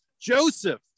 Joseph